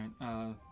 right